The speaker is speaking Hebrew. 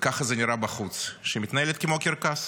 וככה זה נראה בחוץ, מתנהלת כמו קרקס.